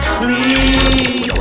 please